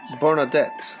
Bernadette